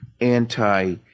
anti